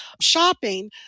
shopping